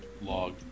log